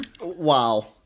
Wow